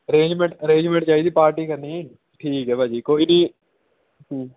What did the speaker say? arrangement arrangement ਚਾਹੀਦੀ party ਕਰਨੀ ਠੀਕ ਹੈ ਭਾਅ ਜੀ ਕੋਈ ਨਹੀਂ